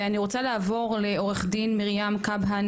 ואני רוצה לעבור לעו"ד מרים כבהא,